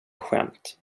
skämt